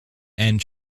and